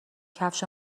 کفش